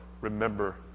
remember